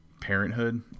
parenthood